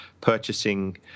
purchasing